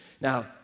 Now